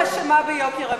האופוזיציה אשמה ביוקר המחיה.